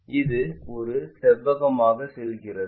இது ஒரு செவ்வகமாக செல்கிறது